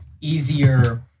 easier